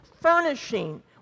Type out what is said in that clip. furnishing